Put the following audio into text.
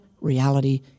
reality